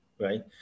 right